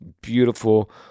beautiful